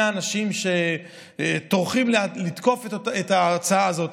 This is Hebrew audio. אנשים שטורחים לתקוף את ההצעה הזאת,